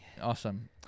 Awesome